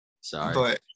Sorry